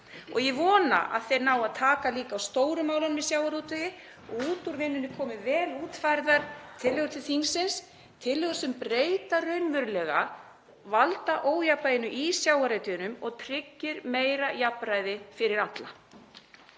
Ég vona að þeir nái að taka líka á stóru málunum í sjávarútvegi og út úr vinnunni komi vel útfærðar tillögur til þingsins, tillögur sem breyta raunverulega valdaójafnvæginu í sjávarútveginum og tryggja meira jafnræði fyrir alla.